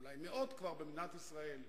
ואולי כבר מאות במדינת ישראל,